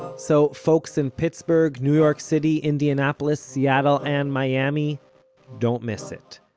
so folks in pittsburgh, new york city, indianapolis, seattle and miami don't miss it.